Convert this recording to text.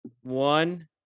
One